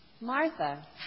Martha